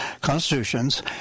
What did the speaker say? constitutions